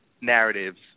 narratives